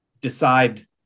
decide